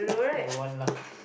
don't want lah